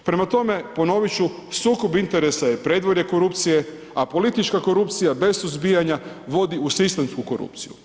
Prema tome, ponovit ću, sukob interesa je predvorje korupcije, a politička korupcija bez suzbijanja vodi u sistemsku korupciju.